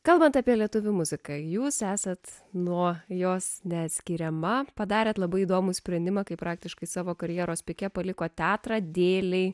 kalbant apie lietuvių muziką jūs esat nuo jos neatskiriama padarėte labai įdomų sprendimą kaip praktiškai savo karjeros pike paliko teatrą dėlei